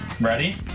Ready